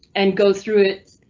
and go through it.